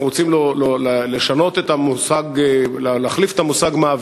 אנחנו רוצים להחליף את המושג "מעביד"